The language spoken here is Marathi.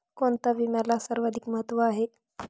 कोणता विम्याला सर्वाधिक महत्व आहे?